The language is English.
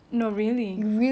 I'm like a